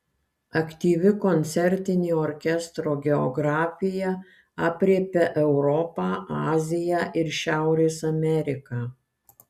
aktyvi koncertinė orkestro geografija aprėpia europą aziją ir šiaurės ameriką